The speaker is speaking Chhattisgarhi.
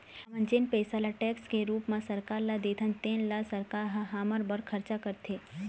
हमन जेन पइसा टेक्स के रूप म सरकार ल देथन तेने ल सरकार ह हमर बर खरचा करथे